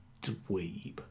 dweeb